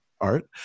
art